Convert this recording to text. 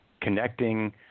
connecting